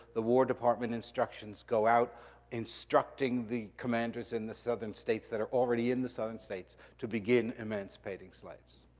the war department instructions go out instructing the commanders in the southern states that are already in the southern states to begin emancipating slaves.